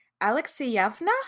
Alexeyevna